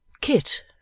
Kit